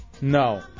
No